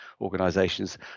organisations